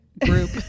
group